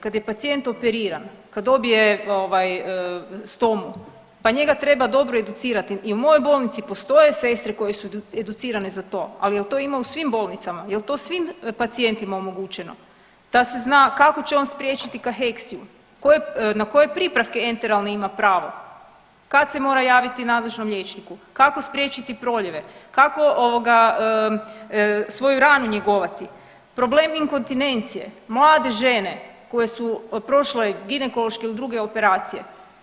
Kad je pacijent operiran, kad dobije ovaj stom, pa njega treba dobro educirati i u mojom bolnici postoje sestre koje su educirane za to, ali jel to ima u svim bolnicama, jel to svim pacijentima omogućeno da se zna kako će on spriječiti kaheksiju, koje, na koje pripravke enteralne ima pravo, kad se mora javiti nadležnom liječniku, kako spriječiti proljeve, kako ovoga svoju ranu njegovati, problem inkontinecije mlade žene koje su prošle ginekološke ili druge operacije.